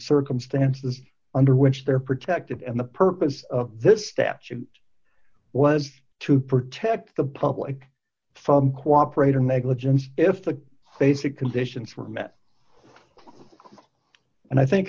circumstances under which they're protected and the purpose of this statute was to protect the public from cooperator negligence if the basic conditions were met and i think